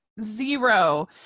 zero